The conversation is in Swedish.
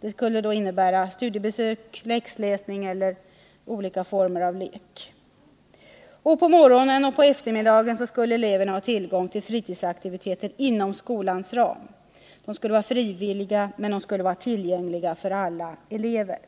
Det skulle innebära studiebesök, läxläsning eller olika former av lek. På morgonen och på eftermiddagen skulle eleverna ha tillgång till fritidsaktiviteter inom skolans ram. Dessa aktiviteter skulle vara frivilliga men tillgängliga för alla elever.